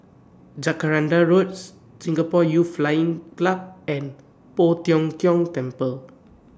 Jacaranda Roads Singapore Youth Flying Club and Poh Tiong Kiong Temple